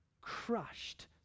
crushed